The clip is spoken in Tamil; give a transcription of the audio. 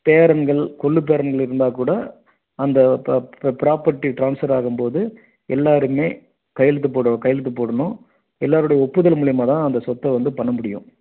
பேரன்கள் கொள்ளுப்பேரன்க இருந்தால் கூட அந்த ப்ராப்பர்டி டிரான்ஸ்ஃபர் ஆகும்போது எல்லாருமே கையெழுத்து போட கையெழுத்து போடுணும் எல்லாருடைய ஒப்புதல் மூலியமாக தான் அந்த சொத்தை வந்து பண்ண முடியும்